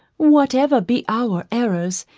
whatever be our errors,